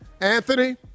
Anthony